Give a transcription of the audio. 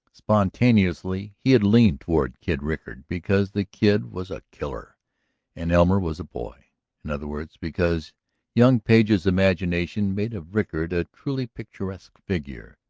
spontaneously he had leaned toward kid rickard because the kid was a killer and elmer was a boy in other words, because young page's imagination made of rickard a truly picturesque figure.